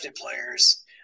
players